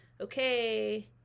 okay